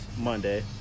Monday